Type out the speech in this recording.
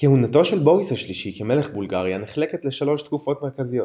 כהונתו של בוריס השלישי כמלך בולגריה נחלקת לשלוש תקופות מרכזיות.